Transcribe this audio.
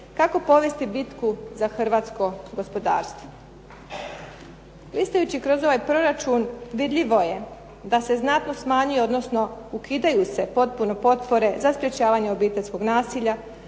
kako povesti bitku za hrvatsko gospodarstvo. Listajući kroz ovaj proračun vidljivo je da se znatno smanjio, odnosno ukidaju se potpuno potpore za sprečavanje obiteljskog nasilja,